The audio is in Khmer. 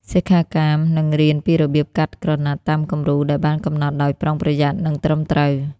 សិក្ខាកាមនឹងរៀនពីរបៀបកាត់ក្រណាត់តាមគំរូដែលបានកំណត់ដោយប្រុងប្រយ័ត្ន និងត្រឹមត្រូវ។